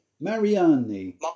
Mariani